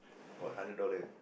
what hundred dollar